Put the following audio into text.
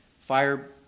fire